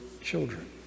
children